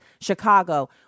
Chicago